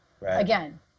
again